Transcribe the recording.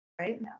Right